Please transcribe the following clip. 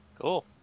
Cool